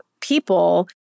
people